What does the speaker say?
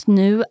nu